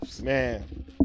Man